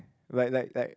like like like